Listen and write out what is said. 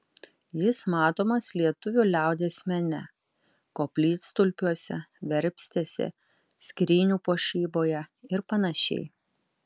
jis matomas lietuvių liaudies mene koplytstulpiuose verpstėse skrynių puošyboje ir panašiai